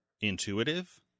intuitive